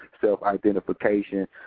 self-identification